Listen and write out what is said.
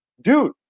Dude